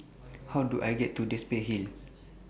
How Do I get to Dempsey Hill